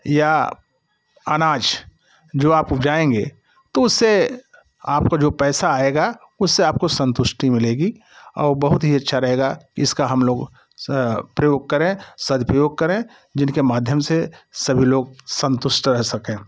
या अनाज जो आप उजाएँगे तो उससे आपको जो पैसा आएगा उससे आपको संतुष्टि मिलेगी और बहुत ही अच्छा रहेगा इसका हम लोग सा प्रयोग करें सदुपयोग करें जिनके माध्यम से सभी लोग संतुष्ट रह सकें